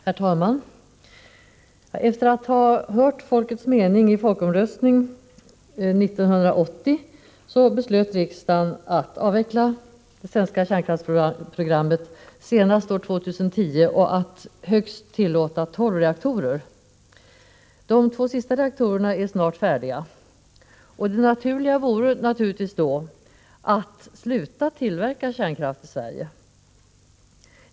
Herr talman! Efter det att man hört folkets mening i folkomröstning 1980 beslöt riksdagen att avveckla det svenska kärnkraftsprogrammet senast år 2010 och att högst tillåta tolv reaktorer. De två sista reaktorerna är snart färdiga, och det naturliga vore ju då att sluta tillverka kärnkraft i Sverige.